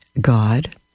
god